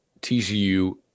TCU